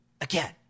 again